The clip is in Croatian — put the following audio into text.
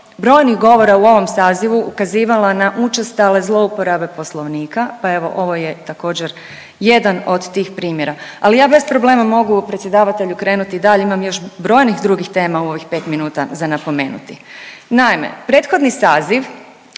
brojnih govora u ovom sazivu ukazivala na učestale zlouporabe Poslovnika, pa evo, ovo je također, jedan od tih primjera, ali ja bez problema mogu, predsjedavatelju, krenuti, da, imam još brojnih drugih tema u ovih 5 minuta za napomenuti. Naime, prethodni saziv